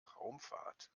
raumfahrt